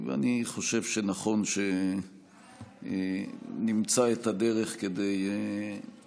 אני חושב שנכון שנמצא את הדרך לשמור